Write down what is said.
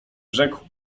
rzekł